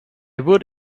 would